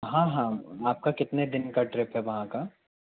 हाँ हाँ आपका कितने दिन का ट्रिप है वहाँ का